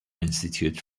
institute